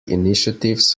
initiatives